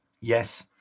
Yes